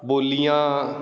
ਬੋਲੀਆਂ